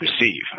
receive